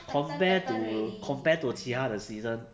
compare to compare to 其他的 season